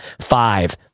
five